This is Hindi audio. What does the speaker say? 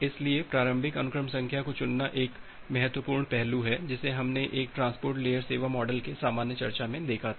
इसलिए प्रारंभिक अनुक्रम संख्या को चुनना एक महत्वपूर्ण पहलू है जिसे हमने एक ट्रांसपोर्ट लेयर सेवा मॉडल के सामान्य चर्चा में देखा था